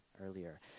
earlier